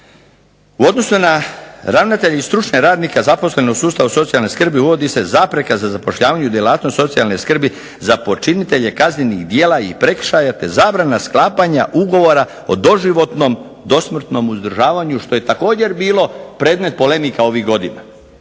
U odnosu na ravnatelja i stručnog radnika zaposlenog u sustavu socijalne skrbi uvodi se zapreka za zapošljavanje u djelatnosti socijalne skrbi za počinitelje kaznenih djela i prekršaja, te zabrane sklapanja ugovora o doživotnom, dosmrtnom uzdržavanju što je također bilo predmet polemika ovih godina.